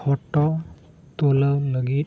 photo ᱛᱩᱞᱟᱹᱣ ᱞᱟᱹᱜᱤᱫ